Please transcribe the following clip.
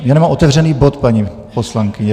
Já nemám otevřený bod, paní poslankyně.